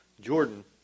Jordan